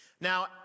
Now